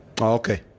Okay